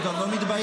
הוא גם לא מתבייש.